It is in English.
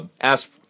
ask